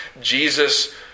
Jesus